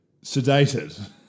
sedated